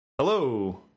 Hello